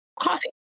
coffee